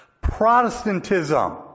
Protestantism